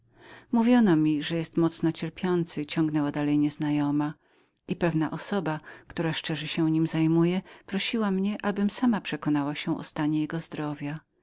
mówiono mi że jest mocno cierpiącym ciągnęła dalej nieznajoma i pewna osoba która szczerze się nim zajmuje prosiła mnie abym sama przekonała się o stanie jego zdrowia